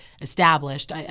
established